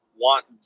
want